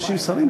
30 שרים,